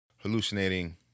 hallucinating